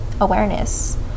awareness